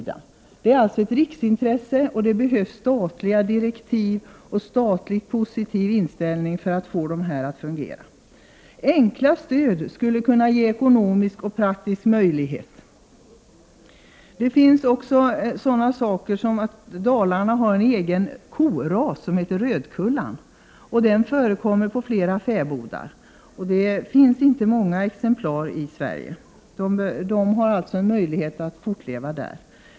Detta är alltså ett riksintresse, och därför behövs det statliga direktiv och en positiv inställning från statens sida för att få fäbodarna att fungera. Det är enkla stöd som skulle kunna ge ekonomisk och praktisk möjlighet för fortsatt drift. Dalarna har en egen koras som heter rödkullan, och den förekommer på flera fäbodar. Det finns inte många exemplar kvar i Sverige, men de har en möjlighet att fortleva på fäbodarna.